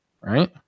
right